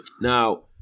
Now